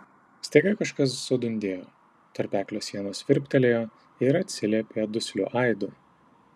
staiga kažkas sudundėjo tarpeklio sienos virptelėjo ir atsiliepė dusliu aidu